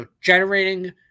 generating